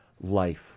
life